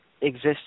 exists